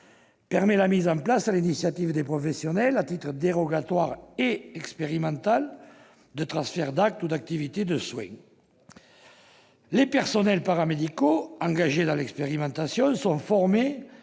permet la mise en place, sur l'initiative des professionnels, à titre dérogatoire et expérimental, de transferts d'actes ou d'activités de soins. Les personnels paramédicaux engagés dans l'expérimentation sont formés